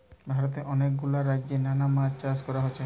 ভারতে অনেক গুলা রাজ্যে নানা মাছ চাষ কোরা হচ্ছে